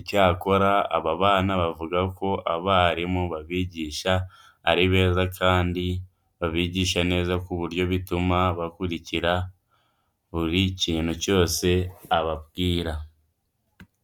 Icyakora aba bana bavuga ko abarimu babigisha ari beza kandi babigisha neza ku buryo bituma bakurikira buri kintu cyose ababwira.